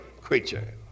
creature